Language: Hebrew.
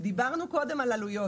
דיברנו קודם על עלויות.